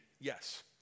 Yes